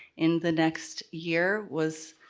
in the next year was,